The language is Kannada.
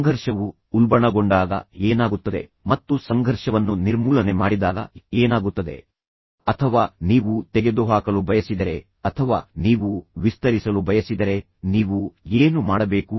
ಸಂಘರ್ಷವು ಉಲ್ಬಣಗೊಂಡಾಗ ಏನಾಗುತ್ತದೆ ಮತ್ತು ಸಂಘರ್ಷವನ್ನು ನಿರ್ಮೂಲನೆ ಮಾಡಿದಾಗ ಏನಾಗುತ್ತದೆ ಅಥವಾ ನೀವು ತೆಗೆದುಹಾಕಲು ಬಯಸಿದರೆ ಅಥವಾ ನೀವು ವಿಸ್ತರಿಸಲು ಬಯಸಿದರೆ ನೀವು ಏನು ಮಾಡಬೇಕು